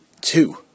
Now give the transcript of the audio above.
two